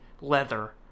leather